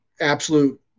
absolute